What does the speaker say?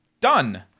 Done